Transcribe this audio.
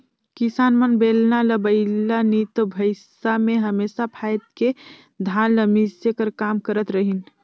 किसान मन बेलना ल बइला नी तो भइसा मे हमेसा फाएद के धान ल मिसे कर काम करत रहिन